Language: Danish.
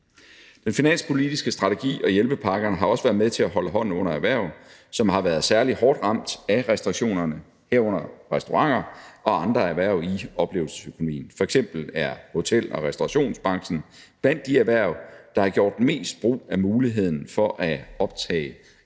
Den finanspolitiske strategi og hjælpepakkerne har også været med til at holde hånden under erhverv, som har været særlig hårdt ramt af restriktionerne, herunder restauranter og andre erhverv i oplevelsesøkonomien. F.eks. er hotel- og restaurationsbranchen blandt de erhverv, der har gjort mest brug af muligheden for at optage et